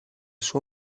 suo